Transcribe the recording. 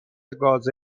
گاز